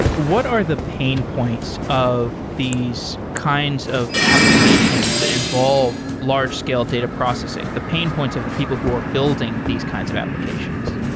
what are the pain points of these kinds of applications that involve large scale data processing? the pain points of the people who are building these kinds of applications.